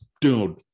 Dude